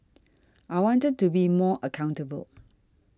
I wanted to be more accountable